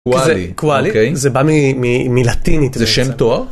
וואלי וואלי זה בא מלטינית זה שם טוב.